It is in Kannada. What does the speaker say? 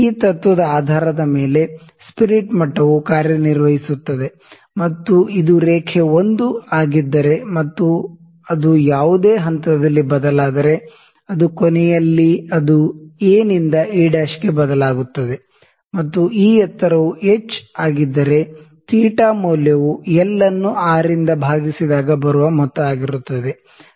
ಈ ತತ್ತ್ವದ ಆಧಾರದ ಮೇಲೆ ಸ್ಪಿರಿಟ್ ಮಟ್ಟವು ಕಾರ್ಯನಿರ್ವಹಿಸುತ್ತದೆ ಮತ್ತು ಇದು ರೇಖೆ l ಆಗಿದ್ದರೆ ಮತ್ತು ಅದು ಯಾವುದೇ ಹಂತದಲ್ಲಿ ಬದಲಾದರೆ ಅದು ಕೊನೆಯಲ್ಲಿ ಅದು A ನಿಂದ A' ಗೆ ಬದಲಾಗುತ್ತದೆ ಮತ್ತು ಈ ಎತ್ತರವು h ಆಗಿದ್ದರೆ ತೀಟಾ θ ಮೌಲ್ಯವು ಎಲ್ ಅನ್ನು ಆರ್ ಇಂದ ಭಾಗಿಸಿದಾಗ ಬರುವ ಮೊತ್ತ ಆಗಿರುತ್ತದೆ